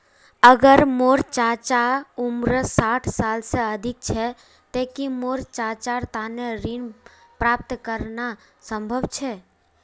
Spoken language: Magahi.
अगर मोर चाचा उम्र साठ साल से अधिक छे ते कि मोर चाचार तने ऋण प्राप्त करना संभव छे?